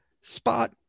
Spot